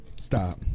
Stop